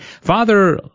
Father